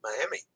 Miami